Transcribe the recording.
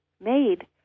made